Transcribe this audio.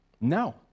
No